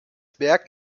werk